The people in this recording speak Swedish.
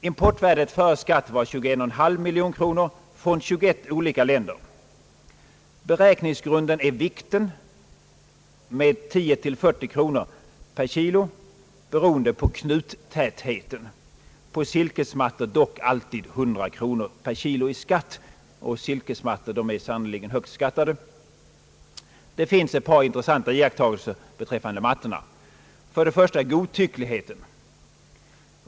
Importvärdet före skatt var 21,5 miljoner kronor från 21 olika länder. Beräkningsgrunden är vikten med 10—40 kronor per kilo beroende på knuttätheten. På silkesmattor utgör dock skatten alltid 100 kronor per kilo. Silkesmattor är sannerligen högt skattade. Det finns ett par intressanta iaktta gelser beträffande mattorna. Först har vi att observera godtyckligheten.